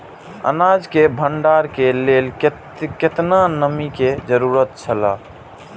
अनाज के भण्डार के लेल केतना नमि के जरूरत छला?